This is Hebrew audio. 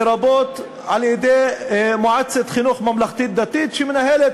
לרבות על-ידי מועצת חינוך ממלכתית-דתית שמנהלת